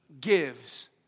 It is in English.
gives